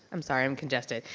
i'm sorry, i'm congested.